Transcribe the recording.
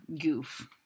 goof